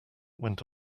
went